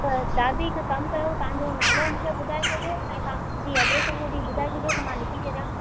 त दादी हिकु कमु कयो तव्हांजो नालो मूंखे ॿुधाए छॾियो ऐं तव्हांजी एड्रेस उहो बि ॿुधाए छॾियो त मां लिखी छॾियां